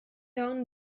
owned